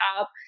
up